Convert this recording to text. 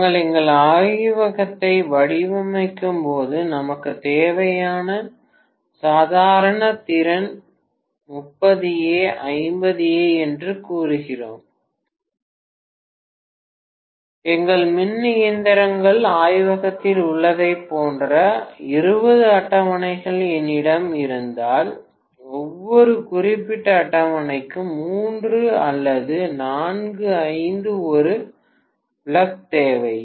நாங்கள் எங்கள் ஆய்வகத்தை வடிவமைக்கும்போது நமக்குத் தேவையான சாதாரண திறன் 30 A 50 A என்று கூறுகிறோம் எங்கள் மின் இயந்திரங்கள் ஆய்வகத்தில் உள்ளதைப் போன்ற 20 அட்டவணைகள் என்னிடம் இருந்தால் ஒவ்வொரு குறிப்பிட்ட அட்டவணைக்கும் 3 அல்லது 4 5 ஒரு பிளக் தேவை